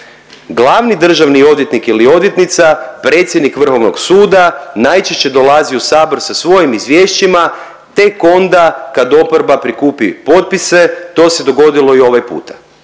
Glavni državni odvjetnik ili odvjetnica i predsjednik Vrhovnog suda najčešće dolazi u sabor sa svojim izvješćima tek onda kad oporba prikupi potpise, to se dogodilo i ovaj puta